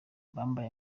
bambaye